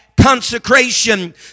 consecration